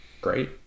Great